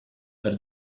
per